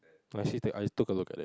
I actually take I took a look at it